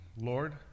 Lord